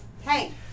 Hey